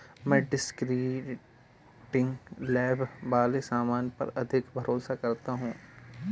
मैं descriptive label वाले सामान पर अधिक भरोसा करता हूं